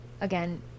again